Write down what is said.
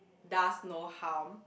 does not harm